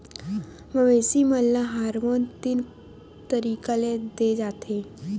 मवेसी मन ल हारमोन तीन तरीका ले दे जाथे